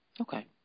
Okay